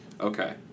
Okay